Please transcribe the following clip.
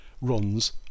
runs